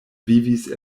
vivis